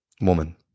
woman